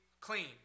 clean